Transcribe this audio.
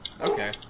okay